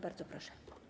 Bardzo proszę.